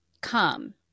come